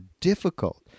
difficult